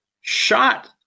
shot